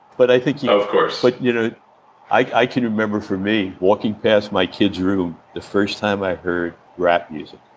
but i think he of course like you know i can remember for me, walking past my kids' room the first time i heard rap music.